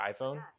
iphone